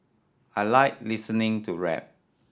I like listening to rap